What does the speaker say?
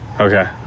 Okay